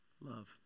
love